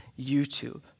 YouTube